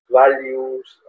values